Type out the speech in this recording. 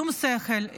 בשום שכל,